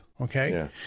okay